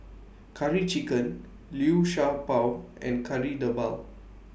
Curry Chicken Liu Sha Bao and Kari Debal